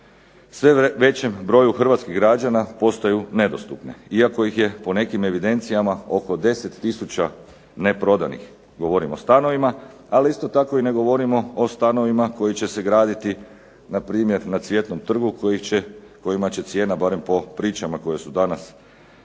sve većem broju hrvatskih građana postaju nedostupne iako ih je po nekim evidencijama oko 10 tisuća neprodanih, govorim o stanovima. Ali isto tako i ne govorimo o stanovima koji će se graditi na primjer na Cvjetnom trgu kojima će cijena barem po pričama koje su danas